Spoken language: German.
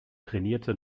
trainierte